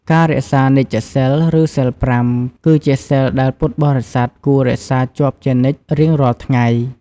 ការរក្សានិច្ចសីល ឬសីល ៥ គឺជាសីលដែលពុទ្ធបរិស័ទគួររក្សាជាប់ជានិច្ចរៀងរាល់ថ្ងៃ។